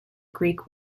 greek